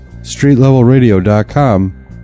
StreetLevelRadio.com